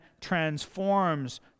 transforms